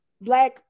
black